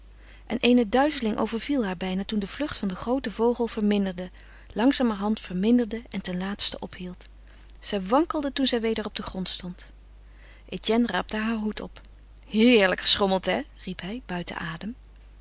en eene duizeling overviel haar bijna toen de vlucht van den grooten vogel verminderde langzamerhand verminderde en ten laatste ophield zij wankelde toen zij weder op den grond stond etienne raapte haar hoed op heerlijk geschommeld hè riep hij buiten adem